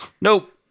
Nope